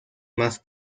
más